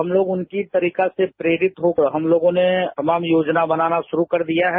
हम लोग उनकी तरीका से प्रेरित होकर हम लोगों ने तमाम योजना बनाना शुरू कर दिया है